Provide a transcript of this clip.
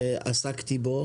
עסקתי בנושא הזה.